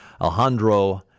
Alejandro